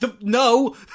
no